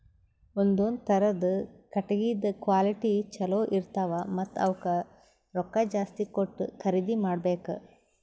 ಒಂದೊಂದ್ ಥರದ್ ಕಟ್ಟಗಿದ್ ಕ್ವಾಲಿಟಿ ಚಲೋ ಇರ್ತವ್ ಮತ್ತ್ ಅವಕ್ಕ್ ರೊಕ್ಕಾ ಜಾಸ್ತಿ ಕೊಟ್ಟ್ ಖರೀದಿ ಮಾಡಬೆಕ್